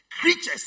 creatures